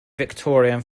victorian